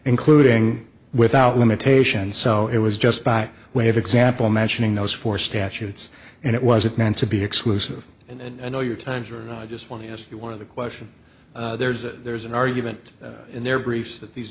including without limitation so it was just by way of example mentioning those four statutes and it wasn't meant to be exclusive and i know your time's right i just want to ask you one of the question there is that there's an argument in their briefs that these